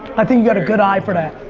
i think you got a good eye for that.